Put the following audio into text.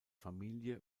familie